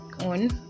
on